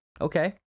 Okay